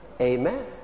Amen